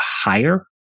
higher